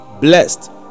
blessed